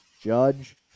Judge